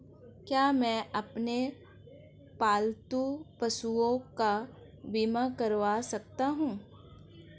क्या मैं अपने पालतू पशुओं का बीमा करवा सकता हूं?